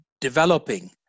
developing